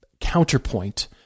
counterpoint